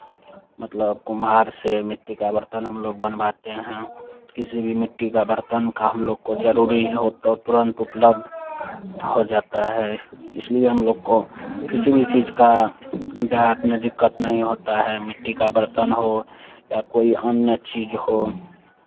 मतलब कुम्हार से मिट्टी का बर्तन हम लोग बनवाते हैं किसी भी मिट्टी का बर्तन का हम लोग को ज़रूरी हो तो तुरंत उपलब्ध हो जाता है इसलिए हम लोग को किसी भी चीज़ का देहात में दिक्कत नहीं होता है मिट्टी का बर्तन हो या कोई अन्य चीज़ हो